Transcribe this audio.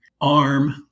ARM